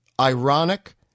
ironic